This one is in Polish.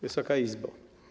Wysoka Izbo!